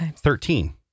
Thirteen